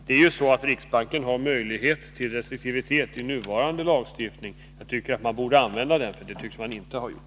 Det är ju så att riksbanken har möjlighet att tillämpa restriktivitet enligt nuvarande lagstiftning. Jag anser att man också borde tillämpa den. Det tycks man inte ha gjort.